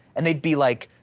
and they'd be like,